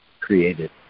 created